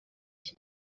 iki